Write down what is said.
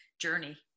journey